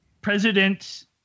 president